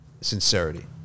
sincerity